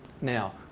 Now